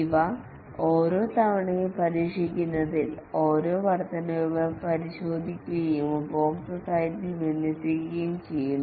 ഇവ ഓരോ തവണയും പരീക്ഷിക്കപ്പെടുന്നതിനാൽ ഓരോ വർദ്ധനവ് പരിശോധിക്കുകയും ഉപഭോക്തൃ സൈറ്റിൽ വിന്യസിക്കുകയും ചെയ്യുന്നു